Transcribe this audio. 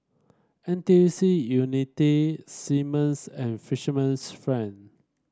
N T U C Unity Simmons and Fisherman's Friend